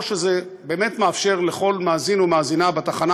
או שזה באמת מאפשר לכל מאזין או מאזינה בתחנה,